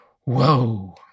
Whoa